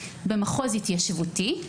במחוז התיישבותי,